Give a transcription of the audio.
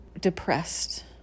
depressed